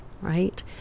right